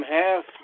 half